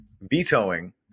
vetoing